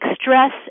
stress